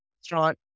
restaurant